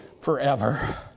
forever